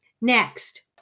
Next